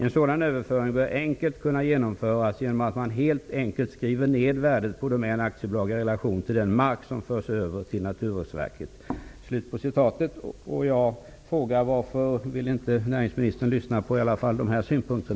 En sådan överföring bör enkelt kunna genomföras genom att man helt enkelt skriver ned värdet på Jag frågar varför näringsministern inte vill lyssna på dessa synpunkter.